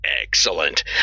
excellent